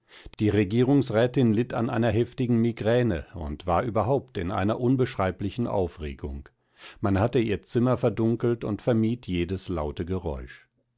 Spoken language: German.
die regierungsrätin litt an einer heftigen migräne und war überhaupt in einer unbeschreiblichen aufregung man hatte ihr zimmer verdunkelt und vermied jedes laute geräusch